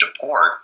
deport